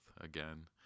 again